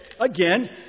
again